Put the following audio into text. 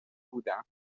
بودم